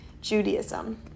Judaism